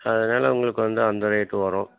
அதனால் உங்களுக்கு வந்து அந்த ரேட்டு வரும்